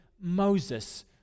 Moses